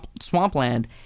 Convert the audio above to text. swampland